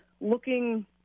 looking